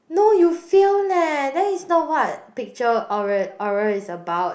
no you fail leh there is not what picture oral oral is about